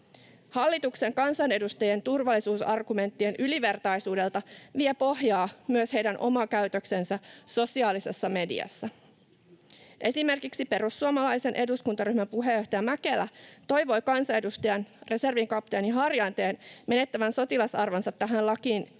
Hallituksen kansanedustajien turvallisuusargumenttien ylivertaisuudelta vie pohjaa myös heidän oma käytöksensä sosiaalisessa mediassa. Esimerkiksi perussuomalaisen eduskuntaryhmän puheenjohtaja Mäkelä toivoi kansanedustajan, reservin kapteeni Harjanteen menettävän sotilasarvonsa tähän lakiin liittyvän